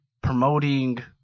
promoting